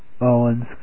Owen's